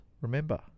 remember